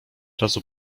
razu